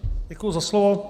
Děkuji za slovo.